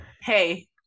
hey